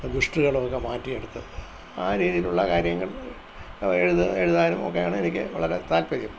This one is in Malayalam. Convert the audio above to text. ദുഷ്ടുകളൊക്കെ മാറ്റിയെടുത്ത് ആ രീതിയിലുള്ള കാര്യങ്ങൾ എഴുതുക എഴുതാനും ഒക്കെ ആണ് എനിക്ക് വളരെ താൽപര്യം